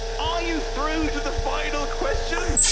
are you through to the final question?